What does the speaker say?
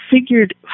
figured